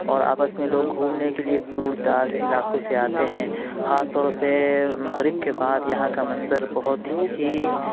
اور آپس میں لوگ گھومنے کے لیے دور دراز علاقوں سے آتے ہیں خاص طور پہ مغرب کے بعد یہاں کا منظر بہت ہی